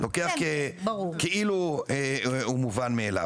לוקח כאילו הוא מובן מאליו,